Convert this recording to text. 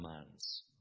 commands